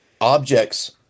objects